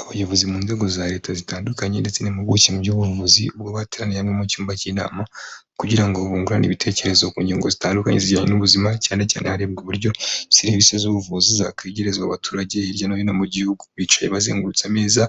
Abayobozi munzego za leta zitandukanye ndetse n'impuguke mu by'ubuvuzi ubwo bateraniye hamwe mucyumba cy'inama kugira ngo bungurane ibitekerezo ku nyungu zitandukanye zijyanye n'ubuzima cyanecyane harebwa uburyo serivisi z'ubuvuzi zakwegerezwa abaturage hirya no hino mugihugu, bicaye bazengurutse ameza